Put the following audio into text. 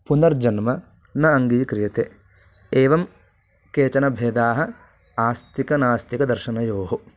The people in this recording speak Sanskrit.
पुनर्जन्म न अङ्गीक्रियते एवं केचन भेदाः आस्तिकनास्तिकदर्शनयोः